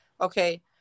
okay